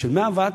בשביל 100 ואט,